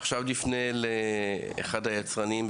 עכשיו נפנה לאחד היצרנים.